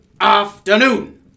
afternoon